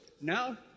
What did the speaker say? now